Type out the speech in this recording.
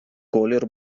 колір